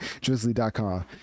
drizzly.com